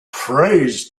prays